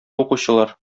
укучылар